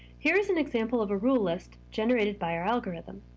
here is an example of a rule list generated by our algorithm.